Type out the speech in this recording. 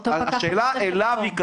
אותו פקח --- השאלה אליו היא כזו,